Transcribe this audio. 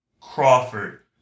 Crawford